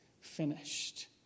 finished